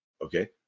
okay